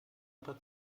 aber